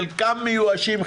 חלקם מיואשים,